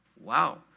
wow